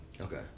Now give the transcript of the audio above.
Okay